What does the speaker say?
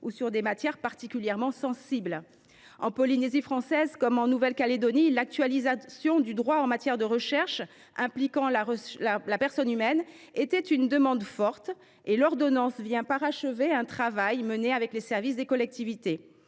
ou sur des matières particulièrement sensibles. En Polynésie française comme en Nouvelle Calédonie, l’actualisation du droit en matière de recherche impliquant la personne humaine était une demande forte, et l’ordonnance vient parachever un travail mené avec les services des collectivités.